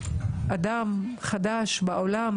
א דם חדש בעולם,